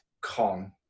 con